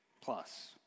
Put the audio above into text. plus